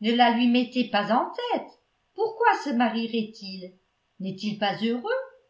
ne la lui mettez pas en tête pourquoi se marierait il n'est-il pas heureux